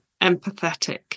empathetic